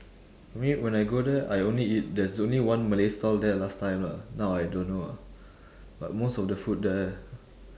for me when I go there I only eat there's only one malay stall there last time lah now I don't know ah but most of the food there